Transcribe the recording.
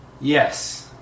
Yes